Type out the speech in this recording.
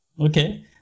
Okay